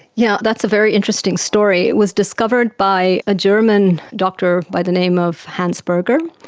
yeah that's a very interesting story. it was discovered by a german doctor by the name of hans berger,